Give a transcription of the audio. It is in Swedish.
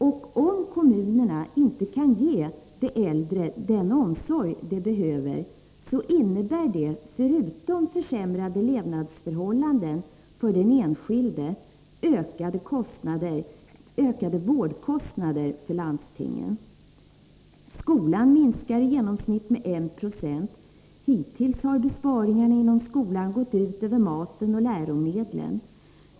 Om kommunerna inte kan ge de äldre den omsorg de behöver innebär det, förutom försämrade levnadsförhållanden för den enskilde, ökade vårdkostnader för landstingen. Anslaget till skolan minskar med i genomsnitt 1 90. Hittills har besparingarna inom skolan gått ut över maten och läromedlen.